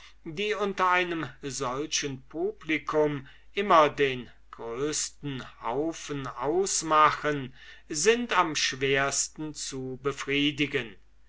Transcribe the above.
die unter einem solchen publico immer den größten haufen ausmachen sind am schwersten zu befriedigen